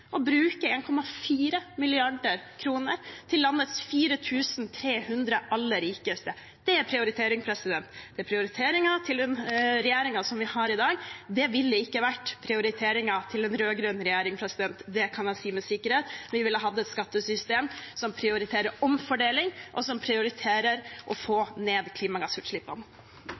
å bruke 1,4 mrd. kr til landets 4 300 aller rikeste. Det er prioritering. Det er prioriteringen til den regjeringen vi har i dag. Det ville ikke vært prioriteringen til en rød-grønn regjering. Det kan jeg si med sikkerhet. Vi ville hatt et skattesystem som prioriterer omfordeling, og som prioriterer å få ned klimagassutslippene.